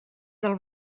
del